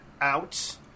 out